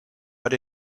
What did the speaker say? but